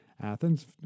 Athens